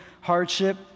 hardship